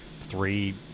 three